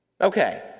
Okay